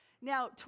now